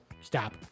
Stop